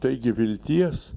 taigi vilties